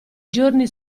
giorni